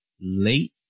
late